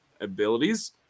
abilities